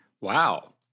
Wow